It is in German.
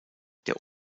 der